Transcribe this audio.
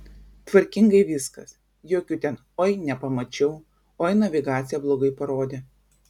tvarkingai viskas jokių ten oi nepamačiau oi navigacija blogai parodė